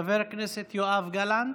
חבר הכנסת יואב גלנט,